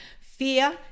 Fear